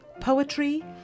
poetry